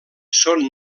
són